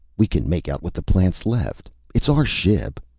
we can make out with the plants left! it's our ship!